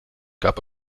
gab